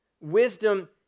Wisdom